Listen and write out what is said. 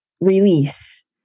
release